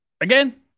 Again